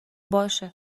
باشه